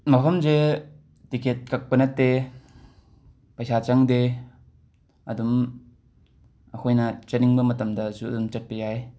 ꯃꯐꯝꯁꯦ ꯇꯤꯀꯦꯠ ꯀꯛꯄ ꯅꯠꯇꯦ ꯄꯩꯁꯥ ꯆꯪꯗꯦ ꯑꯗꯨꯝ ꯑꯩꯈꯣꯏꯅ ꯆꯠꯅꯤꯡꯕ ꯃꯇꯝꯗꯁꯨ ꯑꯗꯨꯝ ꯆꯠꯄ ꯌꯥꯏ